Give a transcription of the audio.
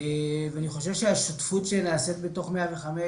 ואני חושב שהשותפות שנעשית בתוך 105,